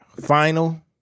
final